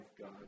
God